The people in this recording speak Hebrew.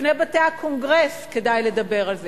בפני בתי הקונגרס כדאי לדבר על זה.